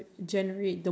okay